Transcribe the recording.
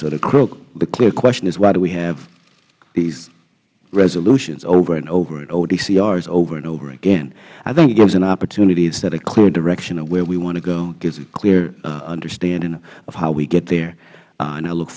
so the clear question is why do we have these resolutions over and over and over dcrs over and over again i think it gives an opportunity to set a clear direction of where we want to go gives a clear understanding how we get there and i look